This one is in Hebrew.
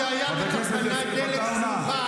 שהיה בתחנת דלק סמוכה,